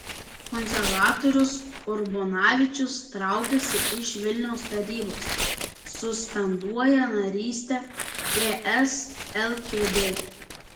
konservatorius urbonavičius traukiasi iš vilniaus tarybos suspenduoja narystę ts lkd